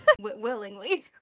Willingly